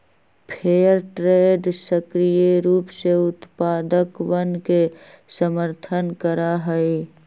fair trade सक्रिय रूप से उत्पादकवन के समर्थन करा हई